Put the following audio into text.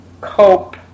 cope